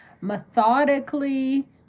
methodically